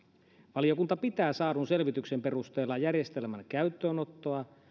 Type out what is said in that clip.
valiokunta pitää saadun selvityksen perusteella järjestelmän käyttöönottoa